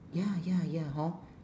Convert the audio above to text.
ya ya ya hor